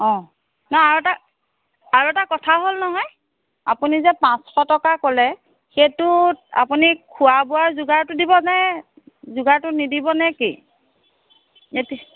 অঁ নহয় আৰু এটা আৰু এটা কথা হ'ল নহয় আপুনি যে পাঁচশ টকা ক'লে সেইটোত আপুনি খোৱা বোৱাৰ যোগাৰটো দিবনে যোগাৰটো নিদিবনে কি এতিয়া